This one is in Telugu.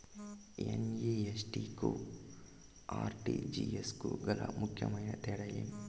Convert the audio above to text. ఎన్.ఇ.ఎఫ్.టి కు ఆర్.టి.జి.ఎస్ కు గల ముఖ్యమైన తేడా ఏమి?